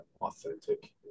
authentic